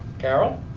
carol?